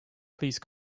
please